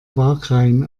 wagrain